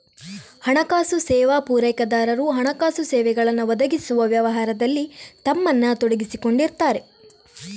ಹಣಕಾಸು ಸೇವಾ ಪೂರೈಕೆದಾರರು ಹಣಕಾಸು ಸೇವೆಗಳನ್ನ ಒದಗಿಸುವ ವ್ಯವಹಾರದಲ್ಲಿ ತಮ್ಮನ್ನ ತೊಡಗಿಸಿಕೊಂಡಿರ್ತಾರೆ